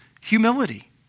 humility